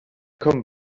kommen